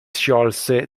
sciolse